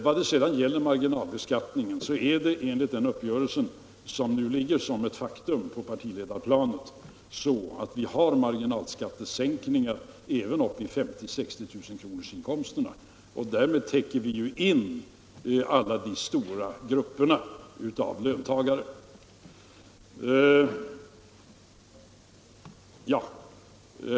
Vad sedan gäller marginalbeskattningen är det enligt den uppgörelse som nu ligger som ett faktum på partiledarplanet så, att vi har marginalskattesänkningar även på inkomster upp till 50 000 å 60 000 kr. Därmed täcker vi in alla de stora grupperna av löntagare.